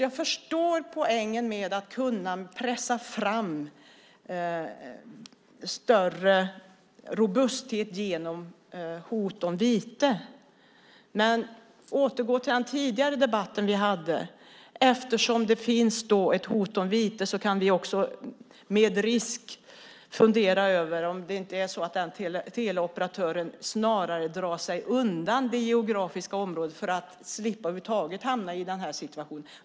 Jag förstår poängen med att kunna pressa fram större robusthet genom hot om vite. Men - jag återgår till den tidigare debatten vi hade - eftersom det finns ett hot om vite kan vi också fundera över om det inte finns en risk att den teleoperatören snarare drar sig undan det geografiska området för att över huvud taget slippa att hamna i den här situationen.